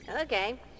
Okay